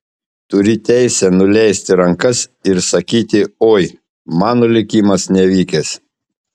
turi teisę nuleisti rankas ir sakyti oi mano likimas nevykęs